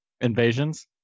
invasions